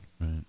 Right